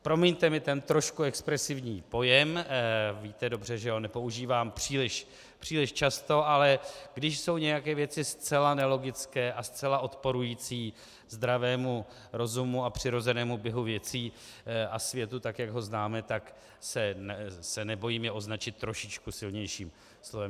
Promiňte mi trošku expresivní pojem, víte dobře, že ho nepoužívám příliš často, ale když jsou nějaké věci zcela nelogické a zcela odporující zdravému rozumu a přirozenému běhu věcí a světu, tak jak ho známe, tak se nebojím je označit trošičku silnějším slovem.